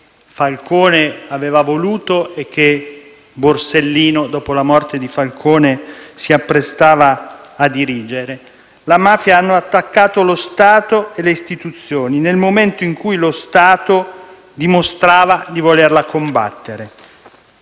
Falcone aveva voluto e che Borsellino, dopo la morte di Falcone, si apprestava a dirigere, ha attaccato lo Stato e le istituzioni nel momento in cui lo Stato dimostrava di volerla combattere.